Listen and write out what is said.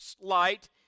light